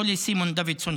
לא לסימון דוידסון,